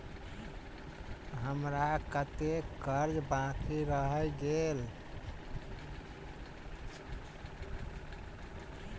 हम्मर कत्तेक कर्जा बाकी रहल गेलइ?